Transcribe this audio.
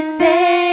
say